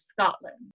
Scotland